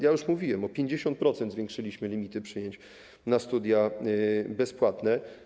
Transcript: Już mówiłem o tym, że o 50% zwiększyliśmy limity przyjęć na studia bezpłatne.